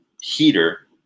heater